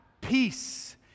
peace